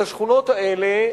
בשכונות האלה,